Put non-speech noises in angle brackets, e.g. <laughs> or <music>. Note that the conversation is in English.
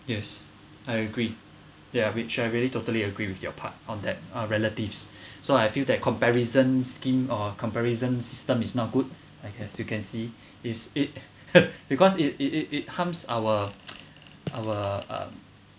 yes I agree ya which I really totally agree with your part on that uh relatives so I feel that comparison scheme or comparison system is not good like as you can see is it <laughs> because it it it it harms our our uh